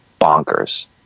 bonkers